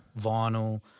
vinyl